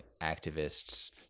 activists